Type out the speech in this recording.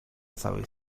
całej